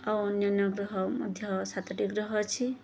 ଆଉ ଅନ୍ୟାନ୍ୟ ଗ୍ରହ ମଧ୍ୟ ସାତଟି ଗ୍ରହ ଅଛି